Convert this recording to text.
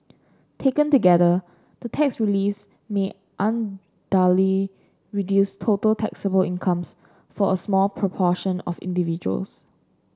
taken together the tax reliefs may unduly reduce total taxable incomes for a small proportion of individuals